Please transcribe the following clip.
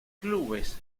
clubes